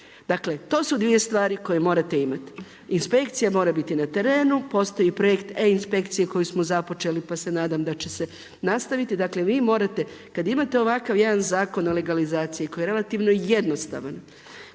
Dakle to su dvije stvari koje morate imati. Inspekcija mora biti na terenu, postoji projekt e-inspekcije koji smo započeli pa se nadam da će se nastaviti, dakle vi morate, kada imate ovakav jedan Zakon o legalizaciji koji je relativno jednostavan,